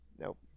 Nope